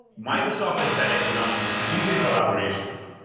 microsoft and fedex announced a strategic collaboration,